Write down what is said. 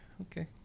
Okay